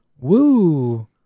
Woo